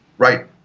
Right